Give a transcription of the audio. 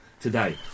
Today